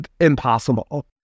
impossible